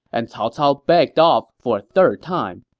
and cao cao begged off for a third time.